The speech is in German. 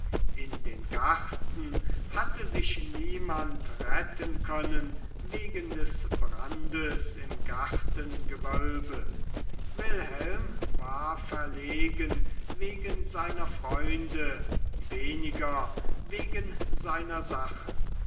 in den garten hatte sich niemand retten können wegen des brandes im gartengewölbe wilhelm war verlegen wegen seiner freunde weniger wegen seiner sachen